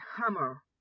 hammer